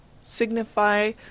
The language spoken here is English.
signify